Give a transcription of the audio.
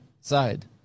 side